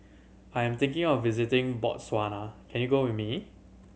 I am thinking of visiting Botswana can you go with me